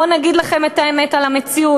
בואו נגיד לכם את האמת על המציאות.